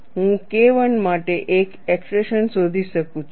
હું KI માટે એક એક્સપ્રેશન શોધી શકું છું